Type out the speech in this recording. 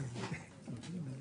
מי אתה?